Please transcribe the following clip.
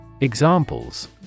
Examples